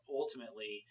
ultimately